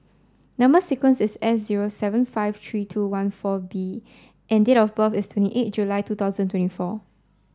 number sequence is S zero seven five three two one four B and date of birth is twenty eight July two thousand and twenty four